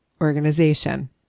organization